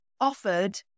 offered